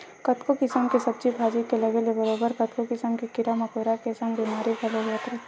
कतको किसम के सब्जी भाजी के लगे ले बरोबर कतको किसम के कीरा मकोरा के संग बेमारी घलो होवत रहिथे